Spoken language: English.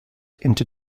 into